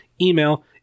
Email